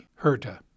Herta